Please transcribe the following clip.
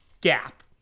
gap